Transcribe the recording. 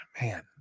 man